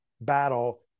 battle